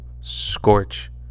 scorch